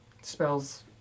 spells